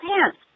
pants